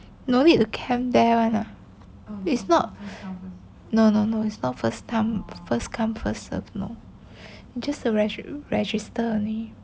no need to camp there [one] lah it's not no no no it's not first time first come first serve lor just the register only